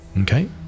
Okay